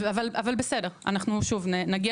אבל בסדר, אנחנו שוב נגיע